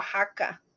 Oaxaca